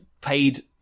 paid